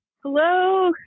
Hello